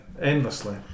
endlessly